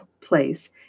place